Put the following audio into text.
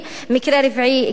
מקרה רביעי: כביש